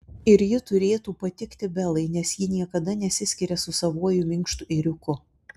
ir ji turėtų patikti belai nes ji niekada nesiskiria su savuoju minkštu ėriuku